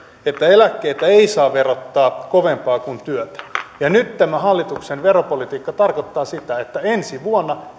että eläkkeitä ei saa verottaa kovemmin kuin työtä nyt tämä hallituksen veropolitiikka tarkoittaa sitä että ensi vuonna